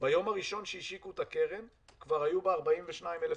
ביום הראשון שהשיקו את הקרן כבר היו בה 42,000 בקשות.